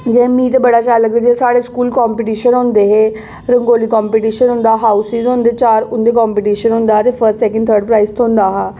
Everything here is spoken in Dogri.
एह् ते मिगी बड़ा शैल लगदा जि'यां साढ़ा स्कूल कंपीटिशन होंदे हे रंगोली कंपीटिशन होंदा हा उस दा होंदा हा चार कंपीटिशन होंदा हा ते फसर्ट सैक्न ते थर्ड प्राइज थ्होंदा हा